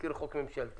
ותזכיר חוק ממשלתי,